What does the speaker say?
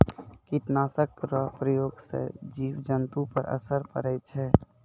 कीट नाशक रो प्रयोग से जिव जन्तु पर असर पड़ै छै